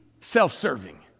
self-serving